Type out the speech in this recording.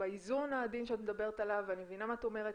שבאיזון העדין שאת מדברת עליו ואני מבינה מה את אומרת,